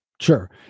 sure